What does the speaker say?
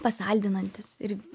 pasaldinantis ir